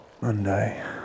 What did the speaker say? Monday